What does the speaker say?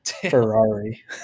Ferrari